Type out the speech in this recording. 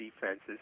defenses